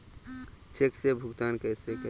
Check से भुगतान कैसे करें?